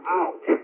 out